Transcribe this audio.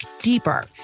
deeper